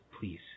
please